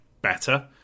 better